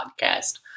podcast